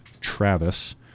Travis